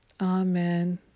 amen